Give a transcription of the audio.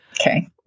Okay